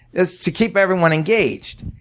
it was to keep everyone engaged.